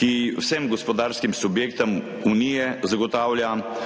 ki vsem gospodarskim subjektom Unije zagotavlja